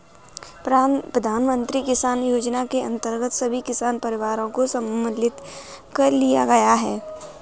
प्रधानमंत्री किसान योजना के अंतर्गत सभी किसान परिवारों को सम्मिलित कर लिया गया है